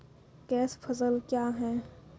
Cash फसल क्या हैं?